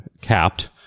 capped